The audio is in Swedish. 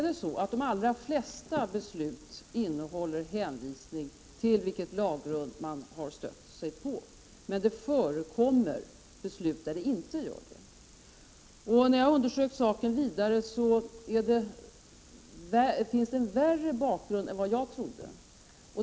De allra flesta besluten innehåller hänvisning till vilket lagrum man har stött sig på, men det förekommer beslut där det inte gör det. När jag undersökt saken vidare, har jag funnit att det finns en värre bakgrund än vad jag trodde.